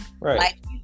Right